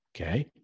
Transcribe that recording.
okay